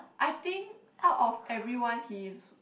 I think out of everyone he is